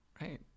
Right